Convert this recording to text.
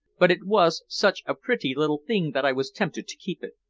but it was such a pretty little thing that i was tempted to keep it.